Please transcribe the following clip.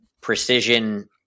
precision